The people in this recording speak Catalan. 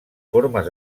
formes